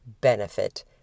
benefit